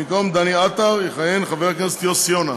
במקום דני עטר יכהן חבר הכנסת יוסי יונה.